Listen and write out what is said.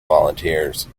volunteers